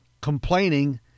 complaining